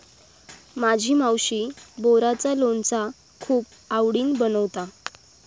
माझी मावशी बोराचा लोणचा खूप आवडीन बनवता